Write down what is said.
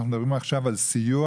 אנחנו מדברים עכשיו על סיוע,